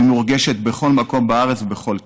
היא מורגשת בכל מקום בארץ ובכל כיס.